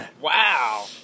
wow